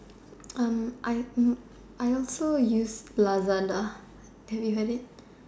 um I hm I also use Lazada have you have it